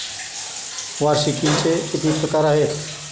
वार्षिकींचे किती प्रकार आहेत?